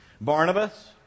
Barnabas